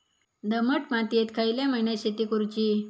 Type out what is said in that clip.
दमट मातयेत खयल्या महिन्यात शेती करुची?